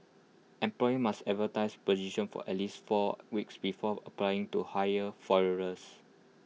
employers must advertise positions for at least four weeks before applying to hire foreigners